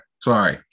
sorry